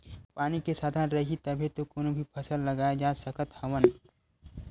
पानी के साधन रइही तभे तो कोनो भी फसल लगाए जा सकत हवन